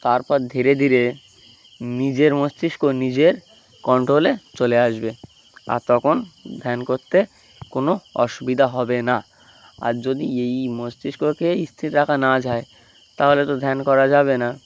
তারপর ধীরে ধীরে নিজের মস্তিষ্ক নিজের কন্ট্রোলে চলে আসবে আর তখন ধ্যান করতে কোনো অসুবিধা হবে না আর যদি এই মস্তিষ্ককে স্থির রাখা না যায় তাহলে তো ধ্যান করা যাবে না